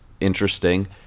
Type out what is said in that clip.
interesting